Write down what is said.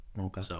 Okay